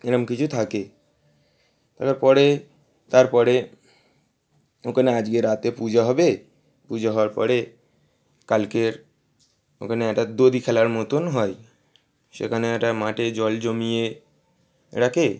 এরম কিছু থাকে তারপরে তারপরে ওকানে আজকে রাতে পূজা হবে পূজা হওয়ার পরে কালকের ওখানে একটা দড়ি খেলার মতোন হয় সেখানে একটা মাঠে জল জমিয়ে রাকে